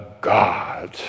God